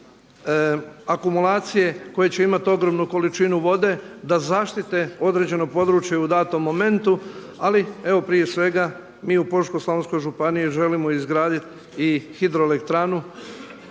koje će imati ogromnu količinu vode da zaštite određeno područje u datom momentu, ali evo prije svega mi u Požeško-slavonskoj županiji želimo izgraditi i hidroelektranu